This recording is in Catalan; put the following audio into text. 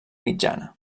mitjana